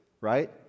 right